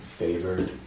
favored